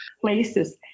places